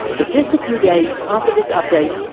but just a few days after this update,